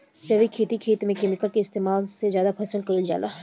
जैविक खेती खेत में केमिकल इस्तेमाल से ज्यादा पसंद कईल जाला